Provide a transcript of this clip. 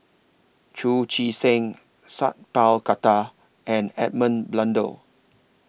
Chu Chee Seng Sat Pal Khattar and Edmund Blundell